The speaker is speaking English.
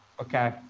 Okay